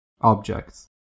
objects